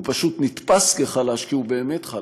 הוא פשוט נתפס כחלש, כי הוא באמת חלש,